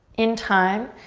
in time,